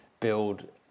build